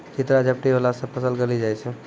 चित्रा झपटी होला से फसल गली जाय छै?